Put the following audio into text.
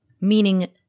meaning